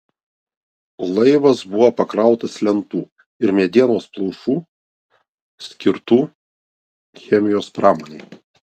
laivas buvo pakrautas lentų ir medienos plaušų skirtų chemijos pramonei